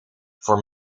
voor